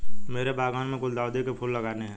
मेरे बागान में गुलदाउदी के फूल लगाने हैं